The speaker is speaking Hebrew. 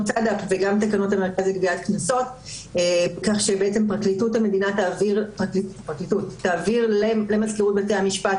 המרכז לגביית קנסות וגם כך שהפרקליטות תעביר למזכירות בתי המשפט